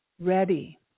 ready